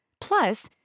Plus